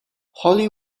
holly